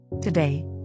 today